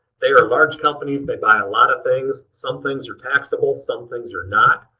they are large companies. they buy a lot of things. some things are taxable, some things are not.